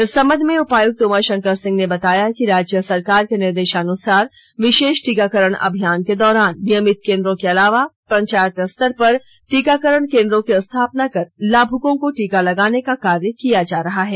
इस संबंध में उपायुक्त उमाशंकर सिंह ने बताया कि राज्य सरकार के निर्देशानुसार विशेष टीकाकरण अभियान के दौरान नियमित केन्द्रों के अलावा पंचायत स्तर पर टीकाकरण केन्द्रों की स्थापना कर लाभुकों को टीका लगाने का कार्य किया जा रहा है